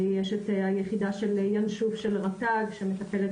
יש את היחידה של ינשוף של רט"ג שמטפלת